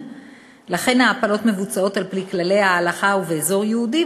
לכן ההפלות מבוצעות על-פי כללי ההלכה ובאזור ייעודי,